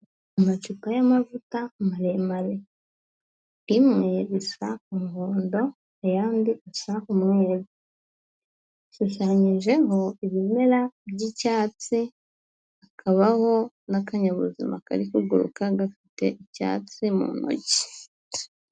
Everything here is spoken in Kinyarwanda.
Amacupa y'amavuta maremare, imwe isa umuhondo ayandi usa umweru, ashushanyijeho ibimera by'icyatsi, akabaho n'akanyabuzima kari kuguruka gafite icyatsi mu ntoki.